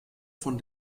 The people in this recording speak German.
von